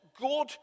good